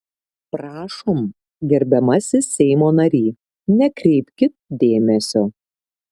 prašom gerbiamasis seimo nary nekreipkit dėmesio